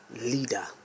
leader